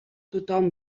tothom